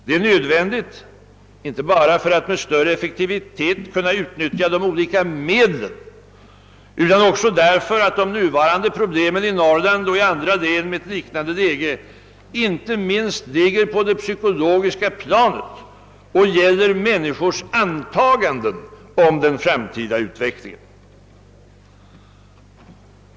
Det är nödvändigt inte bara för att man med större effektivitet skall kunna utnyttja de olika medlen utan också därför att de nuvarande problemen i Norrland och i andra län med liknande läge ligger inte minst på det psykologiska planet och gäller människors antaganden om den framtida utvecklingen.